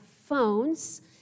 phones